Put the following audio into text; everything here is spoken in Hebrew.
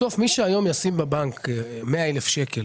בסוף מי שהיום ישים בבנק 100,000 שקלים